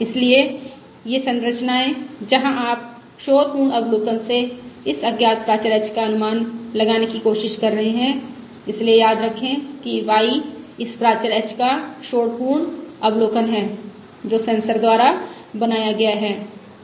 इसलिए ये संरचनाएं जहाँ आप शोर पूर्ण अवलोकन से इस अज्ञात प्राचर h का अनुमान लगाने की कोशिश कर रहे हैं इसलिए याद रखें कि y इस प्राचर h का शोर पूर्ण अवलोकन है जो सेंसर द्वारा बनाया गया है